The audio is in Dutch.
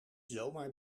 zomaar